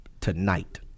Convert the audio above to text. tonight